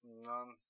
None